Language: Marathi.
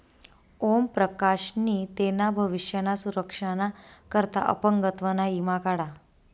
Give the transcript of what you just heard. ओम प्रकाश नी तेना भविष्य ना सुरक्षा ना करता अपंगत्व ना ईमा काढा